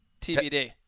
TBD